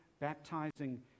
baptizing